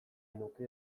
nuke